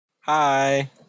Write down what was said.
Hi